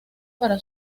para